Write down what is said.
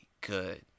good